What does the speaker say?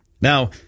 Now